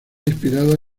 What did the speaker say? inspirada